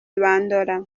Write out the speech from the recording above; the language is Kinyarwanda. bandora